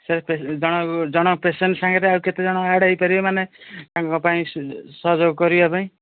ସେ ସେ ଜଣେ ପେସେଣ୍ଟ ସାଙ୍ଗରେ ଆଉ କେତେଜଣ ଆଡ୍ ହୋଇପାରିବେ ମାନେ ତାଙ୍କ ପାଇଁ ସହଯୋଗ କରିବା ପାଇଁ